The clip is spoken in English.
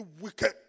wicked